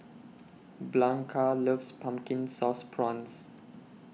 Blanca loves Pumpkin Sauce Prawns